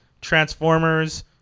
transformers